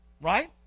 right